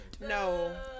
No